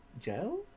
gel